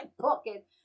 pocket